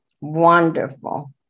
Wonderful